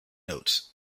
notes